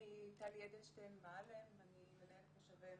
טלי אדלשטיין מועלם, אני מנהלת משאבי אנוש,